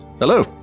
Hello